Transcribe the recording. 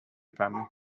family